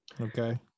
Okay